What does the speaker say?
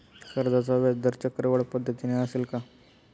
कर्जाचा व्याजदर चक्रवाढ पद्धतीने असेल का?